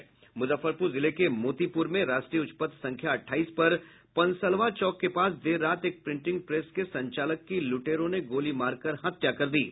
मुजफ्फरपुल जिले के मोतीपुर में राष्ट्रीय उच्च पथ संख्या अठाईस पर पनसलवा चौक के पास देर रात एक प्रिंटिंग प्रेस के संचालक की लूटेरों ने गोली मारकर हत्या कर दी है